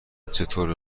چطور